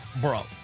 bro